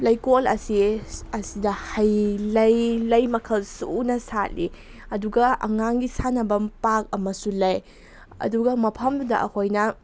ꯂꯩꯀꯣꯜ ꯑꯁꯦ ꯑꯁꯤꯗ ꯍꯩ ꯂꯩ ꯂꯩ ꯃꯈꯜ ꯁꯨꯅ ꯁꯥꯠꯂꯤ ꯑꯗꯨꯒ ꯑꯉꯥꯡꯒꯤ ꯁꯥꯟꯅꯐꯝ ꯄꯥꯔꯛ ꯑꯃꯁꯨ ꯂꯩ ꯑꯗꯨꯒ ꯃꯐꯝꯗꯨꯗ ꯑꯩꯈꯣꯏꯅ